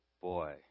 boy